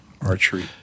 archery